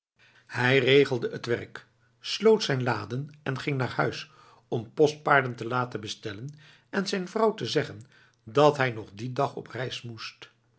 hij regelde het werk sloot zijn laden en ging naar huis om postpaarden te laten bestellen en zijn vrouw te zeggen dat hij nog die dag op reis moest